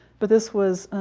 but this was